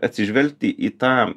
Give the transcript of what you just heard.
atsižvelgti į tą